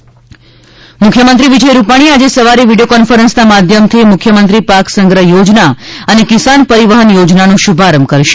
મુખ્યમંત્રી મુખ્યમંત્રી વિજય રૂપાણી આજે સવારે વિડીયો કોન્ફરન્સના માધ્યમથી મુખ્યમંત્રી પાક સંગ્રહ યોજના અને કિસાન પરિવહન યોજનાનો શુભારંભ કરશે